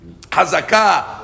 hazaka